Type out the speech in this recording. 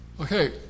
Okay